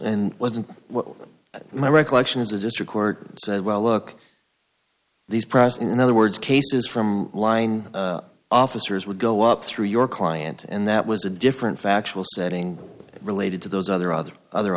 and wasn't my recollection is the district court said well look these present in other words cases from line officers would go up through your client and that was a different factual setting related to those other other other